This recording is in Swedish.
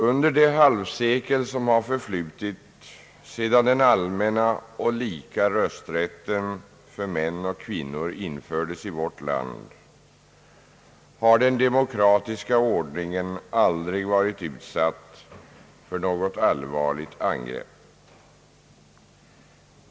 Under det halvsekel som har förflutit sedan den allmänna och lika rösträtten för män och kvinnor infördes i vårt land har den demokratiska ordningen aldrig varit utsatt för något allvarligt angrepp.